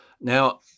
Now